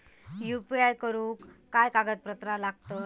UPI करुक काय कागदपत्रा लागतत?